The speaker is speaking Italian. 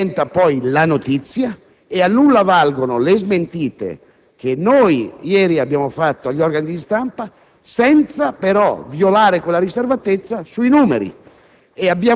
diventa poi la notizia e a nulla valgono le smentite che noi ieri abbiamo indirizzato agli organi di stampa, senza però violare la riservatezza sui numeri.